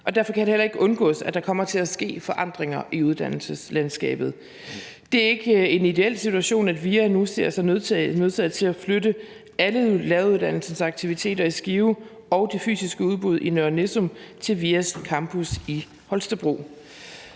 Derfor kan det heller ikke undgås, at der kommer til at ske forandringer i uddannelseslandskabet. Det er ikke en ideel situation, at VIA University College nu ser sig nødsaget til at flytte alle læreruddannelsens aktiviteter i Skive og det fysiske udbud i Nørre Nissum til VIAs campus i Holstebro.